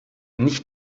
nicht